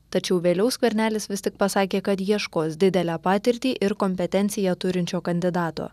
tačiau vėliau skvernelis vis tik pasakė kad ieškos didelę patirtį ir kompetenciją turinčio kandidato